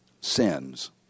sins